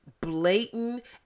blatant